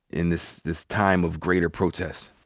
in this this time of greater protest?